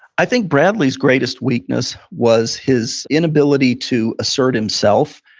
i think bradley's greatest weakness was his inability to assert himself.